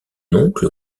oncle